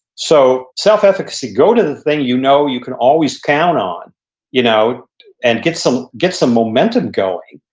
so self-efficacy, go to the thing you know you can always count on you know and get some get some momentum going.